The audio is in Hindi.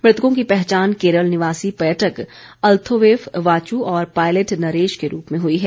मृतकों की पहचान केरल निवासी पर्यटक अल्थोवेफ वाचु और पायलट नरेश के रूप में हुई है